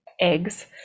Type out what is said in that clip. eggs